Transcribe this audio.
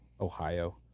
Ohio